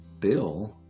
Bill